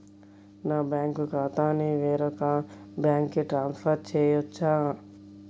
నా బ్యాంక్ ఖాతాని వేరొక బ్యాంక్కి ట్రాన్స్ఫర్ చేయొచ్చా?